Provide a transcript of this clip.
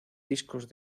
discos